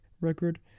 record